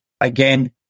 again